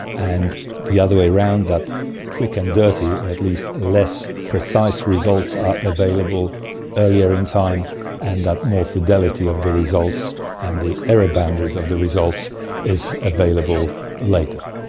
and the other way round, that quick and dirty, at least less precise results are available earlier in time and that more fidelity of the results and the area boundaries of the results is available later.